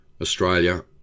Australia